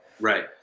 Right